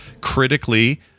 critically